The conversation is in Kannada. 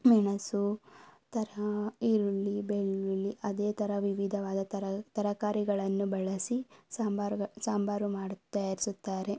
ಮೆಣಸು ತರಾ ಈರುಳ್ಳಿ ಬೆಳ್ಳುಳ್ಳಿ ಅದೇ ಥರ ವಿವಿಧವಾದ ತರ ತರಕಾರಿಗಳನ್ನು ಬಳಸಿ ಸಾಂಬಾರುಗಳು ಸಾಂಬಾರು ಮಾಡು ತಯಾರಿಸುತ್ತಾರೆ